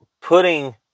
putting